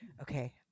okay